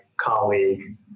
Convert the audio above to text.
colleague